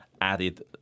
added